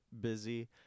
busy